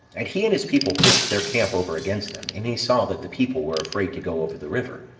and he and his people pitched their camp over against them, and he saw that the people were afraid to go over the river,